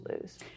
lose